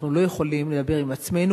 אנחנו לא יכולים לדבר עם עצמנו.